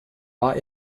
war